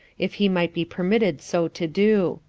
if he might be permitted so to do.